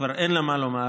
כבר אין לה מה לומר,